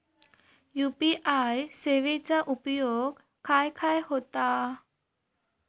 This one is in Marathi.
यू.पी.आय सेवेचा उपयोग खाय खाय होता?